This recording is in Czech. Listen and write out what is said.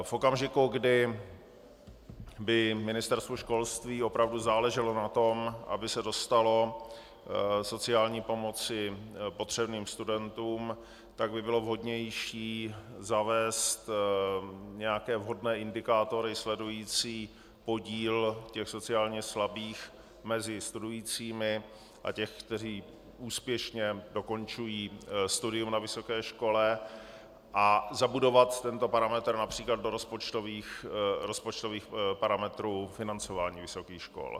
V okamžiku, kdy by Ministerstvu školství opravdu záleželo na tom, aby se dostalo sociální pomoci potřebným studentům, tak by bylo vhodnější zavést nějaké vhodné indikátory sledující podíl sociálně slabých mezi studujícími a těch, kteří úspěšně dokončují studium na vysoké škole, a zabudovat tento parametr například do rozpočtových parametrů financování vysokých škol.